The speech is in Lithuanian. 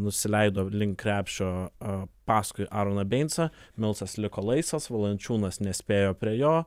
nusileido link krepšio a paskui aroną beincą milsas liko laisvas valančiūnas nespėjo prie jo